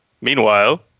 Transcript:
Meanwhile